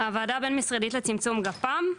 הוועדה הבין-משרדית לצמצום גפ"מ.